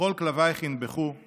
וכל כלבייך ינבחו /